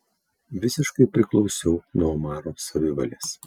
visiškai priklausiau nuo omaro savivalės